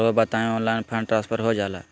रहुआ बताइए online fund transfer हो जाला?